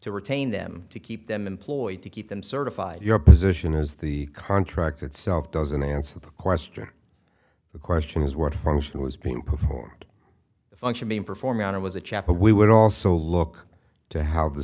to retain them to keep them employed to keep them certified your position is the contract itself doesn't answer the question the question is what function was being performed the function being performed on him was a chapel we would also look to how the